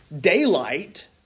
daylight